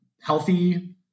healthy